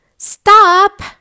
Stop